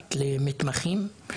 שמשוועת למתמחים.